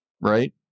right